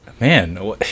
Man